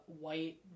white